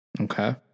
Okay